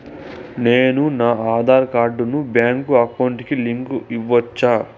నేను నా ఆధార్ కార్డును బ్యాంకు అకౌంట్ కి లింకు ఇవ్వొచ్చా?